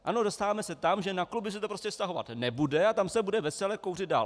Ano, dostáváme se tam, že na kluby se to prostě vztahovat nebude a tam se bude vesele kouřit dál.